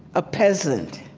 a peasant